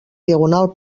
diagonal